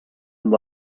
amb